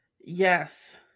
Yes